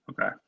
okay